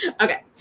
Okay